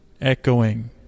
Echoing